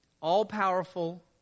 all-powerful